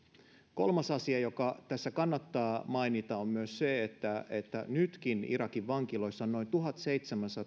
kolmas asia joka tässä myös kannattaa mainita on se että nytkin irakin vankiloissa on noin tuhanneksiseitsemäksisadaksi